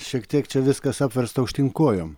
šiek tiek čia viskas apversta aukštyn kojom